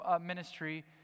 ministry